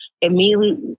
immediately